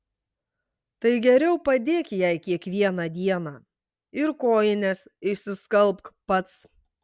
tai geriau padėk jai kiekvieną dieną ir kojines išsiskalbk pats